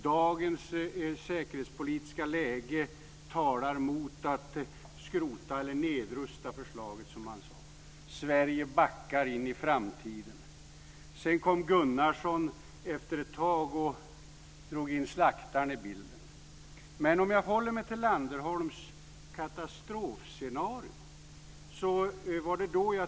Dagens säkerhetspolitiska läge talar emot att skrota eller nedrusta försvaret, som han sade. Sverige backar in i framtiden. Sedan kom Rolf Gunnarsson efter ett tag och drog in slaktaren i bilden. Men jag håller mig till Landerholms katastrofscenario.